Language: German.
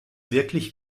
wirklich